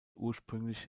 ursprünglich